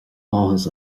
áthas